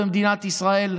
במדינת ישראל?